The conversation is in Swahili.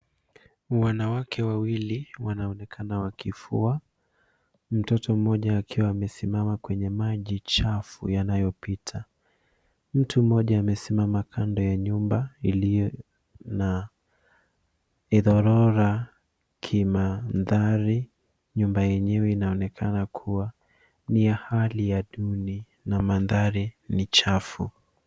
Wanawake wawili wanaonekana wakifua, mtoto mmoja akiwa amesimama kwenye maji chafu yanayopita. Mtu mmoja amesimama kando ya nyumba iliyo na idhorora kimandhari. Nyumba yenyewe inaonekana kuwa ni ya hali ya duni na mandhari ni chafu.